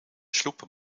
sloep